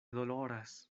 doloras